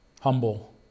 humble